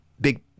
big